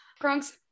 Kronk's